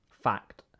fact